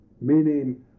meaning